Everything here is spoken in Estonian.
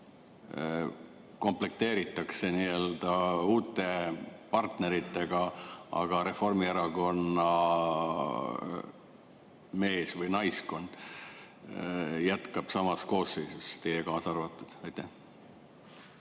komplekteeritakse nii‑öelda uute partneritega, aga Reformierakonna mees‑ või naiskond jätkab samas koosseisus, teie kaasa arvatud? Hea